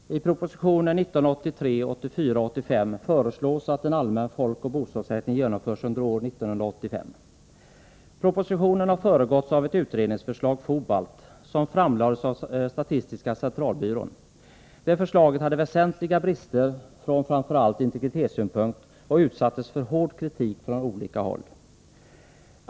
Herr talman! I proposition 1983/84:85 föreslås att en allmän folkoch bostadsräkning genomförs under år 1985. Propositionen har föregåtts av ett utredningsförslag , som framlades av statistiska centralbyrån. Det förslaget hade väsentliga brister framför allt från integritetssynpunkt, och det har utsatts för hård kritik från olika håll.